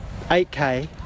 8K